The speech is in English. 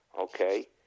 okay